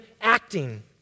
acting